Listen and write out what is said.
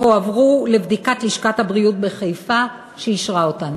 הועברו לבדיקת לשכת הבריאות בחיפה, שאישרה אותן,